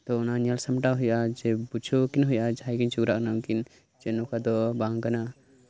ᱛᱳ ᱚᱱᱟ ᱧᱮᱞ ᱥᱟᱢᱴᱟᱣ ᱦᱩᱭᱩᱜᱼᱟ ᱵᱩᱡᱷᱟᱹᱣ ᱠᱤᱱ ᱜᱮ ᱦᱩᱭᱩᱜᱼᱟ ᱡᱟᱸᱦᱟᱭ ᱠᱤᱱ ᱡᱷᱚᱜᱽᱲᱟᱜ ᱠᱟᱱᱟ ᱱᱚᱝᱠᱟ ᱫᱚ ᱵᱟᱝ ᱠᱟᱱᱟ